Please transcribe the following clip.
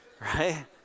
right